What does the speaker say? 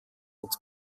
und